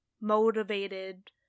motivated